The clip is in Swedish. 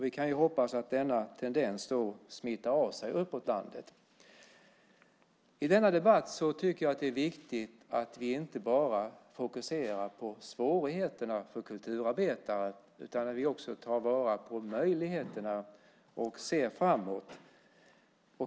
Vi kan hoppas att denna tendens smittar av sig uppåt landet. I denna debatt tycker jag att det är viktigt att vi inte bara fokuserar på svårigheterna för kulturarbetare utan att vi också tar vara på möjligheterna och ser framåt.